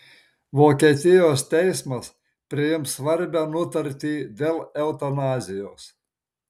vokietijos teismas priims svarbią nutartį dėl eutanazijos